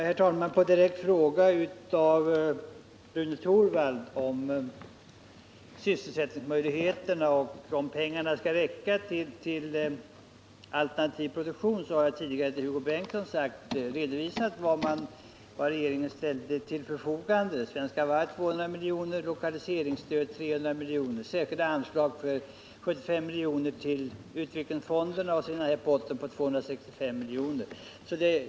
Herr talman! Med anledning av Rune Torwalds direkta fråga angående sysselsättningsmöjligheterna och huruvida pengarna räcker till alternativ produktion vill jag framhålla att jag tidigare till Hugo Bengtsson redovisat de medel som regeringen ställde till förfogande för svenska varv, nämligen 200 milj.kr. till lokaliseringsstöd, 300 milj.kr. till särskilda anslag, 75 milj.kr. till utvecklingsfonden och så potten på 265 milj.kr.